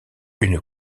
une